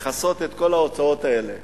לכסות את כל ההוצאות האלה.